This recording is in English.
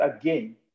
again